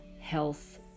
health